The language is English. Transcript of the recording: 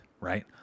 right